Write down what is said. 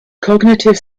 cognitive